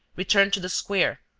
returned to the square,